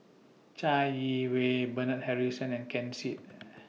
Chai Yee Wei Bernard Harrison and Ken Seet